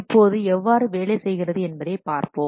இப்போது எவ்வாறு வேலை செய்கிறது என்பதைப் பார்ப்போம்